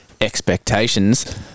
expectations